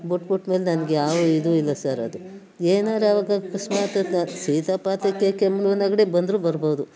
ಬಿಟ್ಬಿಟ್ಟ ಮೇಲೆ ನನಗೆ ಯಾವುದು ಇದು ಇಲ್ಲ ಸರ್ ಅದು ಏನಾದ್ರು ಅವಾಗ ಅಕಸ್ಮಾತ್ ಶೀತ ಪಾತೆ ಕೆಮ್ಮು ನೆಗಡಿ ಬಂದ್ರೂ ಬರಬಹುದು